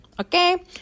Okay